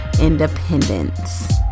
independence